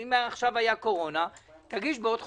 אם היתה קורונה - תגיש עוד חודשיים,